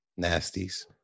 nasties